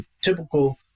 typical